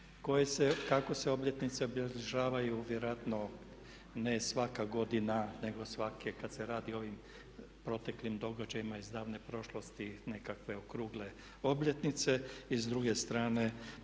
kako se obljetnice obilježavaju, vjerojatno ne svaka godina nego svake, kada se radi o ovim proteklim događajima iz davne prošlosti, nekakve okrugle obljetnice. I s druge strane